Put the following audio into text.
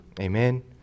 Amen